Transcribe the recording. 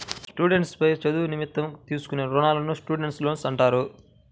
students పై చదువుల నిమిత్తం తీసుకునే రుణాలను స్టూడెంట్స్ లోన్లు అంటారు